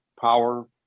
power